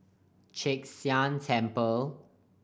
Chek Sian Temple